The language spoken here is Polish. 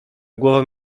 głową